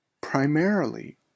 primarily